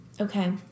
Okay